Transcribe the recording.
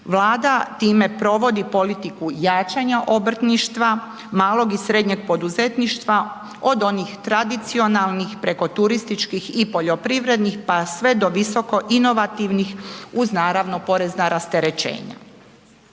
Vlada time provodi politiku jačanja obrtništva, malog i srednjeg poduzetništva od onih tradicionalnih preko turističkih i poljoprivrednih pa sve do visoko inovativnih uz naravno porezna rasterećenja.